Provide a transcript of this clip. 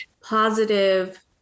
positive